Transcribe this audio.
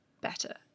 better